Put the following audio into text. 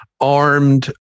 armed